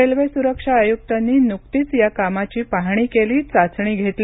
railway सुरक्षा आयुक्तांनी नुकतीच या कामाची पाहणी केली चाचणी घेतली